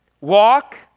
walk